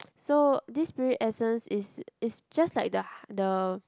so this spirit essence is is just like the h~ the